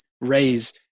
raise